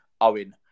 Owen